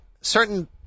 certain